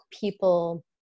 people